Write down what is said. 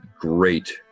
great